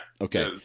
okay